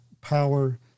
power